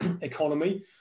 economy